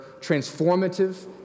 transformative